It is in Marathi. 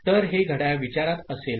तर हे घड्याळ विचारात असेल